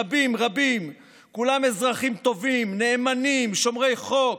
רבים רבים, כולם אזרחים טובים, נאמנים, שומרי חוק,